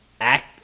act